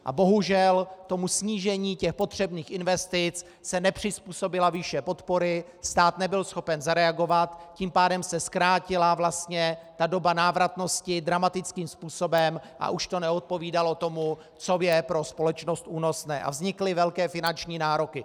A bohužel, tomu snížení těch potřebných investic se nepřizpůsobila výše podpory, stát nebyl schopen zareagovat, tím pádem se zkrátila vlastně doba návratnosti dramatickým způsobem a už to neodpovídalo tomu, co je pro společnost únosné, a vznikly velké finanční nároky.